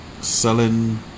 selling